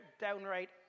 downright